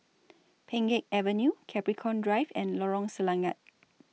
Pheng Geck Avenue Capricorn Drive and Lorong Selangat